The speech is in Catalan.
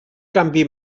canvi